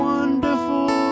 Wonderful